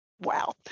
Wow